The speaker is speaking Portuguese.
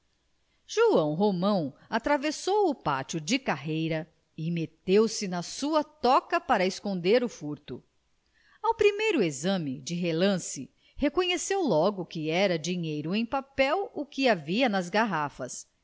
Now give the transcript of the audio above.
joão romão atravessou o pátio de carreira e meteu-se na sua toca para esconder o furto ao primeiro exame de relance reconheceu logo que era dinheiro em papel o que havia nas garrafas